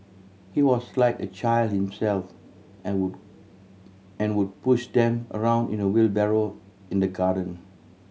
he was like a child himself and would and would push them around in a wheelbarrow in the garden